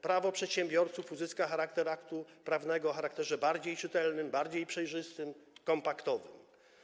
Prawo przedsiębiorców uzyska charakter aktu prawnego o charakterze bardziej czytelnym, przejrzystym i kompaktowym.